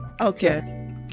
Okay